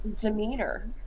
demeanor